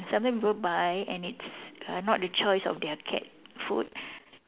sometimes people buy and it's uh not the choice of their cat food